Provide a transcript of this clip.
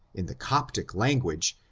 in the coptic language,